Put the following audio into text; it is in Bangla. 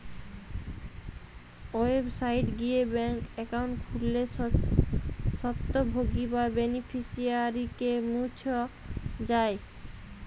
ওয়েবসাইট গিয়ে ব্যাঙ্ক একাউন্ট খুললে স্বত্বভোগী বা বেনিফিশিয়ারিকে মুছ যায়